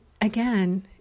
again